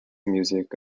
music